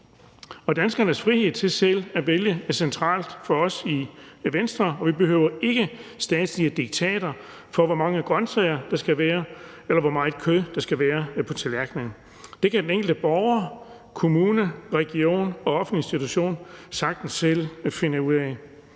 Danskernes frihed til selv at vælge er centralt for os i Venstre, og vi behøver ikke statslige diktater om, hvor mange grønsager eller hvor meget kød der skal være på tallerkenen. Det kan den enkelte borger, kommune, region og offentlige institution sagtens selv finde ud af.